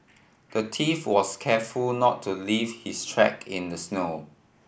the thief was careful not to leave his track in the snow